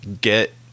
get